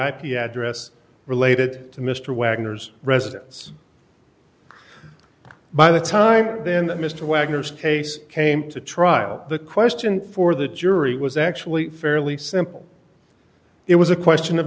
ip address related to mr wagner's residence by the time then mr wagner's case came to trial the question for the jury was actually fairly simple it was a question of